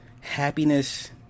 happiness